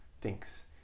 thinks